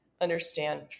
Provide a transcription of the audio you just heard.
understand